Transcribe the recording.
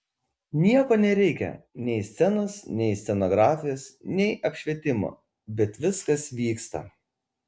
nieko nereikia nei scenos nei scenografijos nei apšvietimo bet viskas vyksta